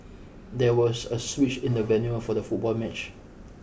there was a switch in the venue for the football match